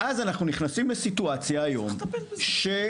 ואז אנחנו נכנסים לסיטואציה היום שאני